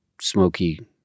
smoky